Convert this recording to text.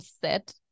set